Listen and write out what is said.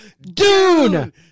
Dune